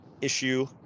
issue